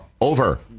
over